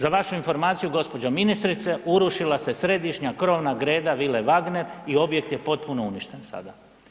Za vašu informaciju gospođo ministrice, urušila se središnja krovna greda Vile „Wagner“ i objekt je potpuno uništen sada.